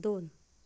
दोन